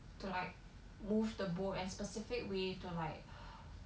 to like move the boat and specific way to like